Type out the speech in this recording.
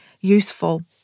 useful